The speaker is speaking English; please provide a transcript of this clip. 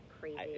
crazy